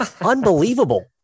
unbelievable